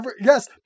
yes